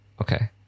okay